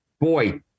boy